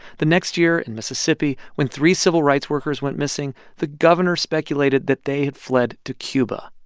the next year in mississippi, when three civil rights workers went missing, the governor speculated that they had fled to cuba.